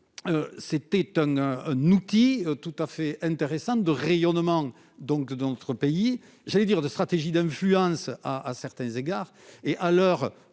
étonnant, un outil tout à fait intéressante de rayonnement donc dans notre pays, j'allais dire de stratégie d'influence à à certains égards, et à l'heure